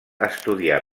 estudià